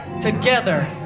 together